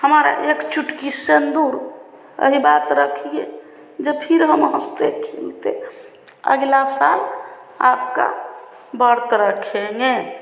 हमारी एक चुटकी सिन्दूर अहिबात रखिए जो फिर हम हँसते खेलते अगला साल आपका व्रत रखेंगे